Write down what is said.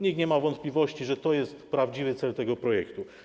Nikt nie ma wątpliwości, że to jest prawdziwy cel tego projektu.